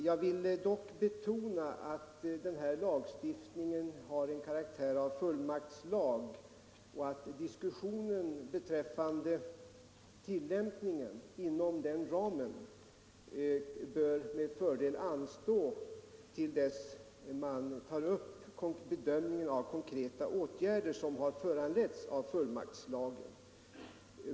Jag vill dock betona att denna lagstiftning har en karaktär av fullmaktslag och att diskussionen beträffande tillämpningen med fördel kan anstå till dess man tar upp bedömningen av konkreta åtgärder som har föranletts av fullmaktslagen.